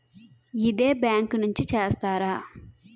ఇదే బ్యాంక్ నుంచి చేస్తారా?